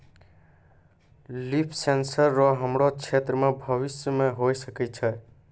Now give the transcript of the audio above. लिफ sensor रो हमरो क्षेत्र मे भविष्य मे होय सकै छै